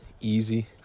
easy